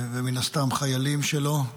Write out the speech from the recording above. ומן הסתם חיילים שלו,